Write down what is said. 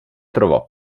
trovò